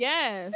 Yes